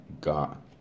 got